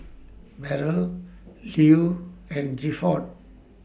Beryl Lew and Gifford